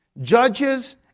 Judges